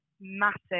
massive